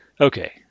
Okay